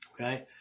okay